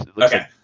Okay